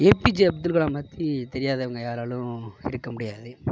ஏ P J Abdul Kalam பற்றி தெரியாதவங்க யாராலும் இருக்க முடியாது